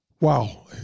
Wow